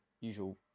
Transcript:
usual